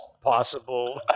possible